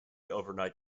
overnight